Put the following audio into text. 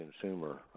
consumer